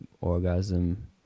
orgasm